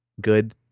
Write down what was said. good